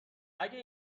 اگه